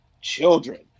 children